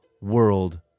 world